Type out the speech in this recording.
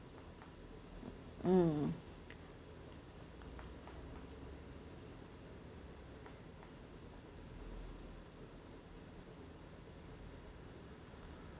mm